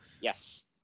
Yes